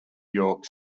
york